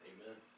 Amen